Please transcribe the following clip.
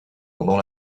pendant